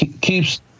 Keeps